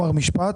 משפט.